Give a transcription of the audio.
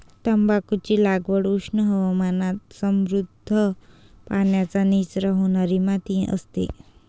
तंबाखूची लागवड उष्ण हवामानात समृद्ध, पाण्याचा निचरा होणारी माती असते